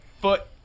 foot